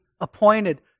appointed